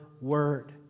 word